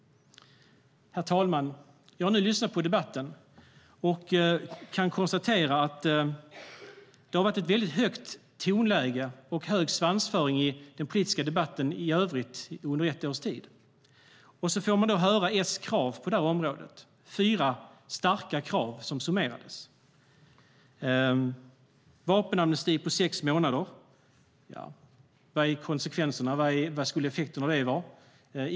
Herr talman! Jag har nu lyssnat på debatten och kan konstatera att det har varit ett högt tonläge och en hög svansföring i den politiska debatten i övrigt under ett års tid. Och så får man då höra S krav på det här området. Det var fyra starka krav som summerades. Vapenamnesti på sex månader - vad är konsekvenserna? Vad skulle effekten av det vara?